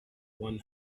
one